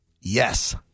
Yes